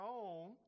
own